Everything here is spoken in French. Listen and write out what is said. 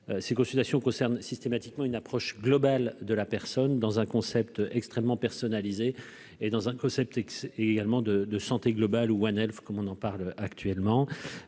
ces consultations concernent systématiquement une approche globale de la personne dans un concept extrêmement personnalisé et dans un concept également de de santé globale Gwenaëlle. Comme on en parle, actuellement,